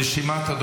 אדוני היושב-ראש,